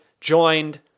joined